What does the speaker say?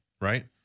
right